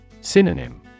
Synonym